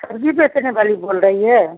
सब्ज़ी बेचने वाली बोल रही है